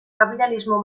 kapitalismo